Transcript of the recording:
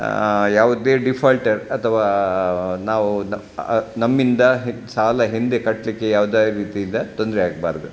ಯಾವುದೇ ಡಿಫಾಲ್ಟರ್ ಅಥವಾ ನಾವು ನಮ್ಮಿಂದ ಸಾಲ ಹಿಂದೆ ಕಟ್ಟಲಿಕ್ಕೆ ಯಾವುದೇ ರೀತಿಯಿಂದ ತೊಂದರೆ ಆಗ್ಬಾರದು